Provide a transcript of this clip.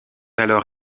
alors